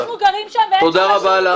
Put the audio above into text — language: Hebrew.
תוציאו אותה החוצה.